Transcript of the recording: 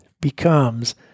becomes